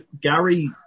Gary